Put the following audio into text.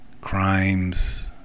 crimes